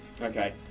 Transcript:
Okay